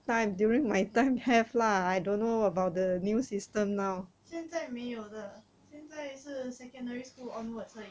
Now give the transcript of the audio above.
现在没有的现在是 secondary school onwards 而已